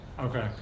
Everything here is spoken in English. Okay